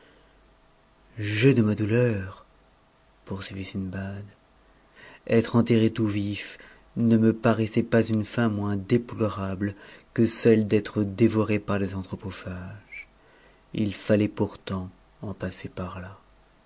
jugez de ma douleur poursuivit sindbad être enterré tout vif ne me graissait pas une femme moins déplorable que celle d'être dëvoré par des anthropophages ii fallait pourtant en passer par-là le